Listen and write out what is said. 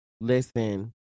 listen